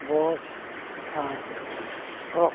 ᱵᱟᱥ ᱟᱨ ᱴᱨᱟᱠ